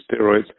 Steroids